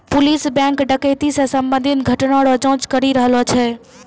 police bank डकैती से संबंधित घटना रो जांच करी रहलो छै